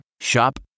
Shop